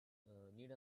needs